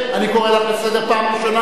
אני קורא אותך לסדר פעם ראשונה.